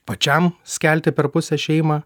pačiam skelti per pusę šeimą